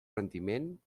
rendiment